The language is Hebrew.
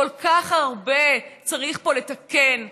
כל כך הרבה צריך פה לתקן ולשנות,